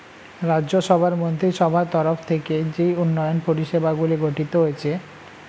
রাজ্য সভার মন্ত্রীসভার তরফ থেকে যেই উন্নয়ন পরিষেবাগুলি গঠিত হয়েছে